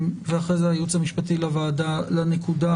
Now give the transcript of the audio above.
ואחרי זה של הייעוץ המשפטי לוועדה לנקודה